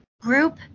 group